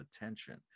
attention